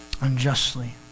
unjustly